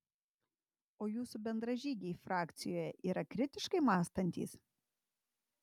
o jūsų bendražygiai frakcijoje yra kritiškai mąstantys